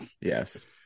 Yes